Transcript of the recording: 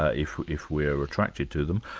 ah if if we're attracted to them,